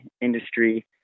industry